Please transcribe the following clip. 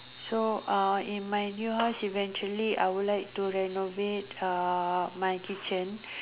so uh in my new house eventually I would like to renovate uh my kitchen